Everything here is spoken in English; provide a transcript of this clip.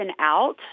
out